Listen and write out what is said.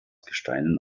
gesteinen